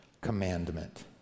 commandment